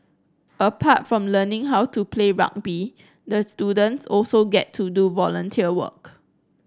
apart from learning how to play rugby the students also get to do volunteer work